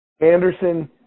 Anderson